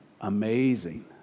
Amazing